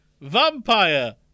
Vampire